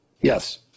Yes